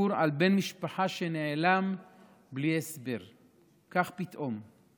סיפור על בן משפחה שנעלם בלי הסבר כך פתאום.